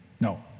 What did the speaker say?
No